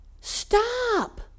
Stop